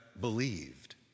believed